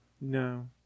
no